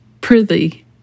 prithee